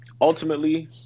ultimately